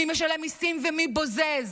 מי משלם מיסים ומי בוזז.